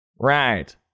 Right